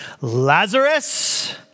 Lazarus